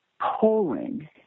polling